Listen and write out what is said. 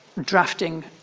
drafting